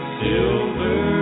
silver